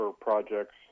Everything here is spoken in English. projects